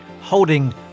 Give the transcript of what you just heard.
Holding